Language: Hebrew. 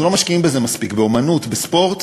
אנחנו לא משקיעים בזה מספיק, באמנות, בספורט,